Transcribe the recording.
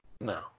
No